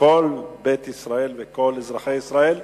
כל בית ישראל וכל אזרחי ישראל,